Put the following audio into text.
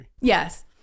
Yes